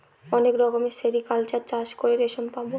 অনেক রকমের সেরিকালচার চাষ করে রেশম পাবো